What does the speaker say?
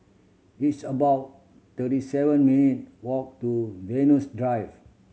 it's about thirty seven minute walk to Venus Drive